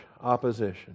opposition